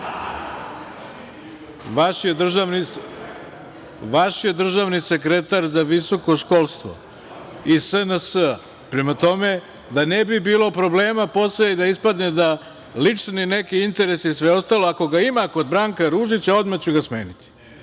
je državni sekretar za visoko školstvo iz SNS-a, prema tome, da ne bi bilo problema posle i da ispadne da lični neki interes i sve ostalo, ako ga ima kod Branka Ružića, odmah ću ga smeniti. Znači,